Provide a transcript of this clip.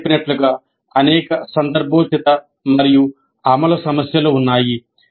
ముందు చెప్పినట్లుగా అనేక సందర్భోచిత మరియు అమలు సమస్యలు ఉన్నాయి